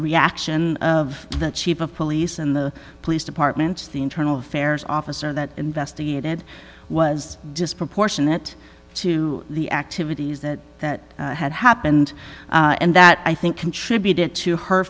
reaction of the chief of police and the police departments the internal affairs officer that investigated was disproportionate to the activities that that had happened and that i think contributed to her